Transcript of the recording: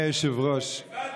הבנתי שאין יותר תמ"א 38, אין